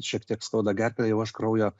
šiek tiek skauda gerklę jau aš kraujo